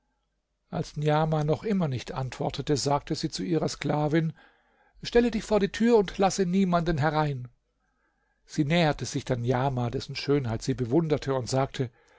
als niamah noch immer nicht antwortete sagte sie zu ihrer sklavin stelle dich vor die tür und lasse niemanden herein sie näherte sich dann niamah dessen schönheit sie bewunderte und sagte